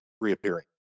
reappearing